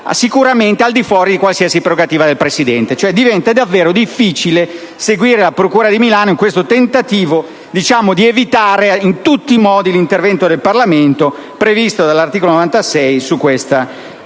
«sicuramente al di fuori di qualsiasi prerogativa del Presidente del Consiglio». Diventa davvero difficile seguire la procura di Milano in questo tentativo di evitare in tutti i modi l'intervento del Parlamento previsto su questo reato